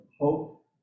hope